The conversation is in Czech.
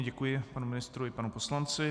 Děkuji panu ministrovi i panu poslanci.